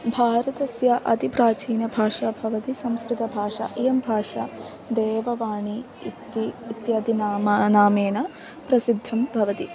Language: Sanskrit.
भारतस्य अतिप्राचीनभाषा भवति संस्कृतभाषा इयं भाषा देववाणी इति इत्यादीनि नामानि नाम्ना प्रसिद्धं भवति